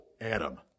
Adam